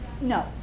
no